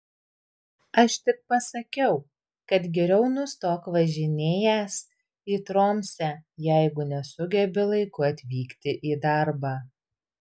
aš tik pasakiau kad geriau nustok važinėjęs į tromsę jeigu nesugebi laiku atvykti į darbą